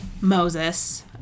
Moses